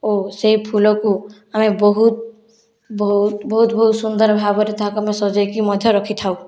ଓ ସେହି ଫୁଲକୁ ଆମେ ବହୁତ ବହୁତ ବହୁତ ବହୁତ ସୁନ୍ଦର ଭାବରେ ତାହାକୁ ଆମେ ସଜାଇକି ମଧ୍ୟ ରଖିଥାଉ